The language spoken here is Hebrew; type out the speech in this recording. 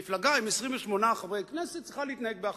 מפלגה עם 28 חברי כנסת צריכה להתנהג באחריות,